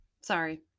sorry